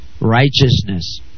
righteousness